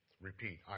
repeat